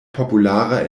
populara